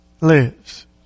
lives